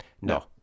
No